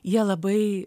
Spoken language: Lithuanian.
jie labai